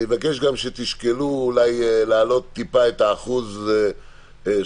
אני מבקש גם שתשקלו אולי להעלות טיפה את האחוז של